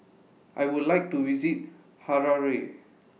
I Would like to visit Harare